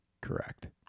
correct